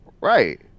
right